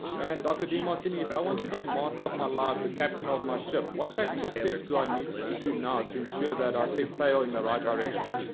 and dr. demartini, if i want to be a master of my life, the captain of my ship, what practical steps do i need to do now to ensure that i set sail in the right direction?